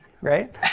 right